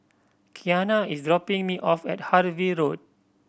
Qiana is dropping me off at Harvey Road